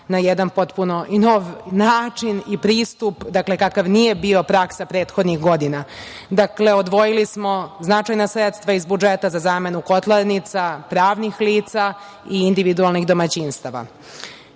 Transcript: na jedan potpuno nov način i pristup, kakav nije bio praksa prethodnih godina. Dakle, odvojili smo značajna sredstva iz budžeta za zamenu kotlarnica, pravnih lica i individualnih domaćinstava. Moram